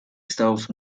estados